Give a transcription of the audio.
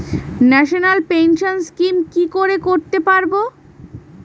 National pension scheme কি করে করতে পারব?